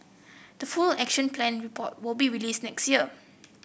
the full Action Plan report will be released next year